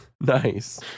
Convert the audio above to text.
Nice